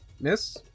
Miss